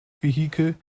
vehikel